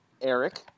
Eric